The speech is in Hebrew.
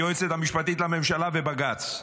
היועצת המשפטית לממשלה ובג"ץ,